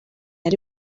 ari